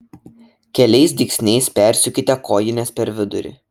keliais dygsniais persiūkite kojines per vidurį